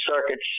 circuits